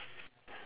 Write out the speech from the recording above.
me